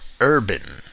urban